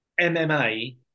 MMA